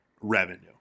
revenue